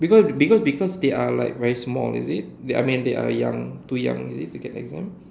because because because they are like very small is it they I mean they are young too young is it to get exam